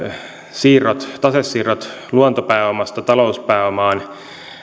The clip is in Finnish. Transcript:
että tasesiirrot luontopääomasta talouspääomaan